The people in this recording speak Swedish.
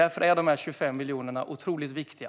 Därför är de 25 miljonerna otroligt viktiga.